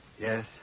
Yes